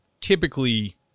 typically